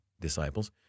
disciples